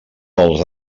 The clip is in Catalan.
dels